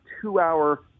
two-hour